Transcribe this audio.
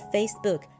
Facebook